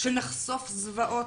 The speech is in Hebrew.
שנחשוף זוועות,